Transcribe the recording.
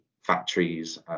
factories